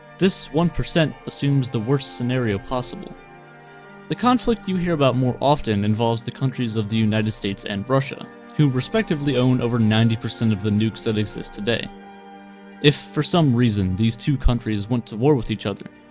this one percent assumes the worst scenario possible the conflict you hear about more often involves the countries of the united states and russia who respectively own over ninety percent of the nukes that exists today if for some reason these two countries went to war with each other.